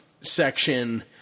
section